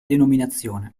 denominazione